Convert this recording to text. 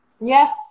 Yes